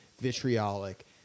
vitriolic